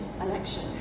election